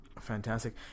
Fantastic